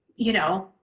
you know,